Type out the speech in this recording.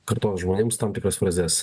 kartos žmonėms tam tikras frazes